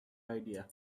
idea